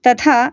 तथा